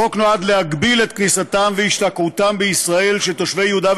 החוק נועד להגביל את כניסתם והשתקעותם בישראל של תושבי יהודה,